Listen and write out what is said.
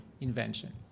invention